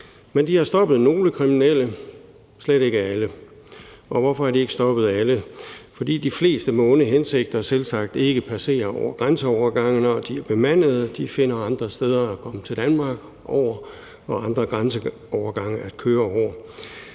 men de har stoppet nogle kriminelle, slet ikke alle. Og hvorfor har de ikke stoppet alle? Fordi de fleste med onde hensigter selvsagt ikke passerer over grænseovergange, når de er bemandede – de finder andre måder at komme til Danmark på og andre grænseovergange at køre over.